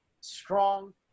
Strong